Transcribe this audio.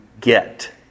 get